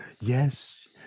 yes